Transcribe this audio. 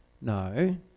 No